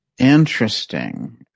Interesting